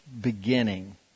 beginning